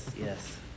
Yes